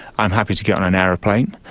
i'm happy to get on an aeroplane,